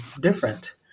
different